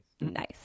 Nice